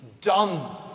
done